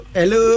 hello